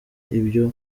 ibyo